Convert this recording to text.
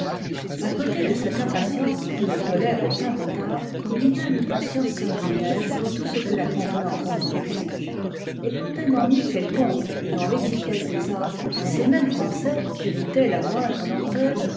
a côté de cette impatience qui ne tolère aucun retard il y a une patience singulière pour tout ce que la convenance exige et quand un ennui quelconque est dans l'étiquette des arts ces mêmes français qu'irritait la moindre lenteur